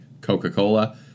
Coca-Cola